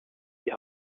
die